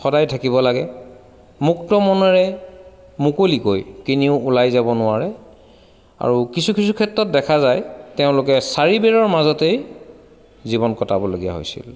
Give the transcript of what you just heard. সদায় থাকিব লাগে মুক্ত মনেৰে মুকলিকৈ কেনিও ওলাই যাব নোৱাৰে আৰু কিছু কিছু ক্ষেত্ৰত দেখা যায় তেওঁলোকে চাৰিবেৰৰ মাজতেই জীৱন কটাবলগীয়া হৈছিল